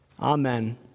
Amen